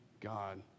God